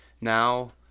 now